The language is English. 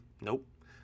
Nope